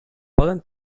poden